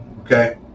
Okay